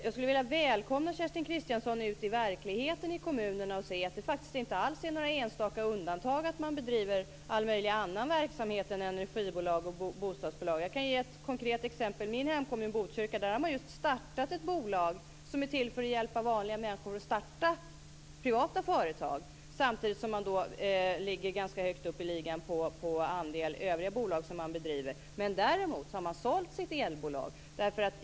Jag skulle vilja välkomna Kerstin Kristiansson ut i verkligheten i kommunerna för att se att det faktiskt inte alls är några enstaka undantag att man bedriver all möjlig annan verksamhet än energibolag och bostadsbolag. Jag kan ge ett konkret exempel. I min hemkommun Botkyrka har man just startat ett bolag som är till för att hjälpa vanliga människor att starta privata företag. Samtidigt ligger man ganska högt upp i ligan som visar andelen andra bolag som man bedriver. Däremot har man sålt sitt elbolag.